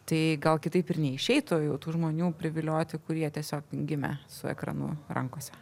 tai gal kitaip ir neišeitų jau tų žmonių privilioti kurie tiesiog gimę su ekranu rankose